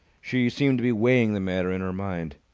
she seemed to be weighing the matter in her mind.